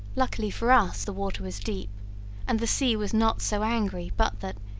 luckily for us the water was deep and the sea was not so angry but that,